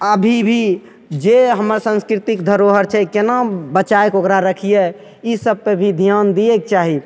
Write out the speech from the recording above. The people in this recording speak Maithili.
आ अभीभी जे हमर संस्कृतिके धरोहर छै केना बचाइके ओकरा रखियै ई सबपर भी ध्यान दियेक चाही